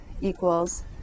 equals